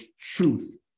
truth